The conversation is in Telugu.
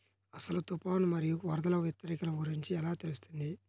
అసలు తుఫాను మరియు వరదల హెచ్చరికల గురించి ఎలా తెలుస్తుంది?